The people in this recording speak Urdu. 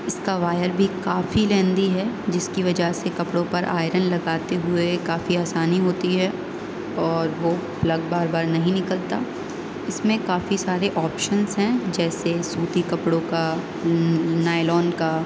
اس کا وائر بھی کافی لیندی ہے جس کی وجہ سے کپڑوں پر آئرن لگاتے ہوئے کافی آسانی ہوتی ہے اور وہ پلگ بار بار نہیں نکلتا اس میں کافی سارے آپشنس ہیں جیسے سوتی کپڑوں کا نائلون کا